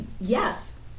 Yes